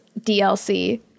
DLC